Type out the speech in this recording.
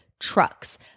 trucks